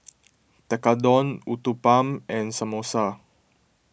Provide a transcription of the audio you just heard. Tekkadon Uthapam and Samosa